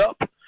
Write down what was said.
up